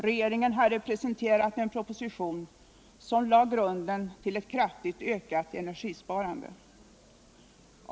Regeringen hade presen terat en proposition som lade grunden till ett kraftigt ökat energisparande.